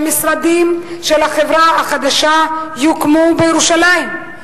ייאמר שהמשרדים של החברה החדשה יוקמו בירושלים?